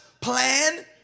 plan